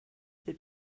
that